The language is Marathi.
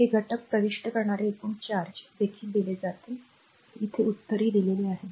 हे घटक प्रविष्ट करणारे एकूण charge चार्जदेखील दिले जाते हेउत्तरदेखील दिलेले आहे